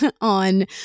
on